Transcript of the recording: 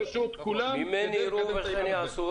"ממני יראו וכן יעשו".